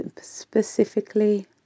specifically